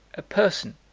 a person,